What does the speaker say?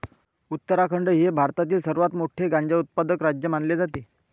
उत्तराखंड हे भारतातील सर्वात मोठे गांजा उत्पादक राज्य मानले जाते